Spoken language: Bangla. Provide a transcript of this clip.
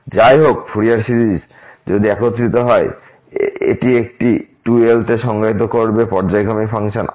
যাইহোক ফুরিয়ার সিরিজ যদি এটি একত্রিত হয় এটি একটি 2l তে সংজ্ঞায়িত করবে পর্যায়ক্রমিক ফাংশন R